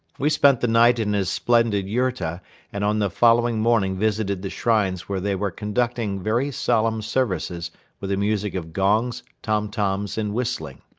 we spent the night in his splendid yurta and on the following morning visited the shrines where they were conducting very solemn services with the music of gongs, tom-toms and whistling.